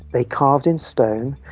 they carved in stone,